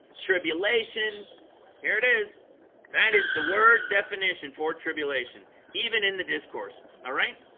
tribulation here it is that is the word definition for tribulation even in the discourses. all right